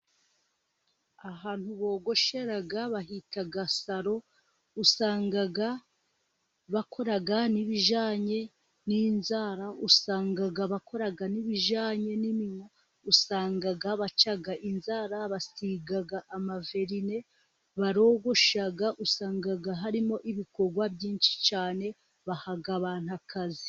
Ahantu bogoshera bahita saro, usanga bakora n'ibijyanye n'inzara, usanga bakora n'ibijyanye n'iminwa, usanga baca inzara, basiga amaverine, barogosha, usanga harimo ibikorwa byinshi cyane, baha abantu akazi.